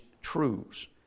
truths